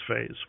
phase